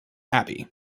abbey